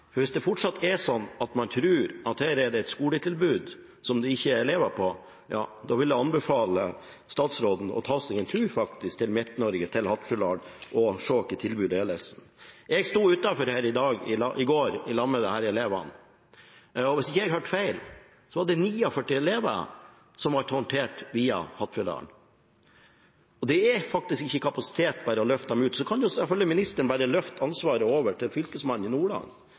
samme. Hvis det fortsatt er sånn at man tror at her er det et skoletilbud som ikke har elever, vil jeg anbefale statsråden å ta seg en tur til Midt-Norge, til Hattfjelldal, og se hva tilbudet er. Jeg sto utenfor her i går sammen med disse elevene, og hvis jeg ikke hørte feil, var det 49 elever som ble undervist via Hattfjelldal. Og det er faktisk ikke bare å løfte dem ut – det er ikke kapasitet. Så kan jo selvfølgelig ministeren bare løfte ansvaret over til Fylkesmannen i Nordland,